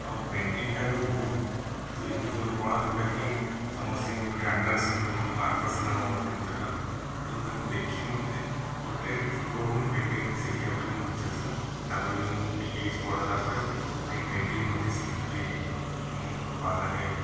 ଆଉ ପେଣ୍ଟିଙ୍ଗ ଟା ବି ବହୁତ ଏମିତି ଗୋଟେ କଳା ଯେଉଁଟା କି ସମସ୍ତିଙ୍କି ଗୋଟେ ଆଟ୍ରାକ୍ସନ ଆକର୍ଷଣୀୟ ହେବ ଜିନିଷ ଟା ତେଣୁ ତାଙ୍କୁ ଦେଖି ମୋତେ ଗୋଟେ ଛୋଟ ବେଳରୁ ହିଁ ପେଣ୍ଟିଙ୍ଗ ଶିଖିବା ପାଇଁ ମୋର ଇଛା ଥିଲା ତାପରେ ବି ମୁଁ ଟିକେ କିଛି ବଡ଼ ହେଲା ପରେ ଏଇ ପେଣ୍ଟିଙ୍ଗ ମଧ୍ୟ ଶିଖିଥିଲି ବାହାରେ